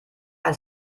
das